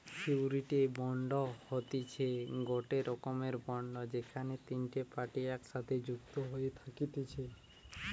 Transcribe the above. surety bond হতিছে গটে রকমের বন্ড যেখানে তিনটে পার্টি একসাথে যুক্ত হয়ে থাকতিছে